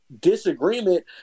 disagreement